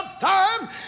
Time